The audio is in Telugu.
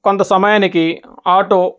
కొంత సమయానికి ఆటో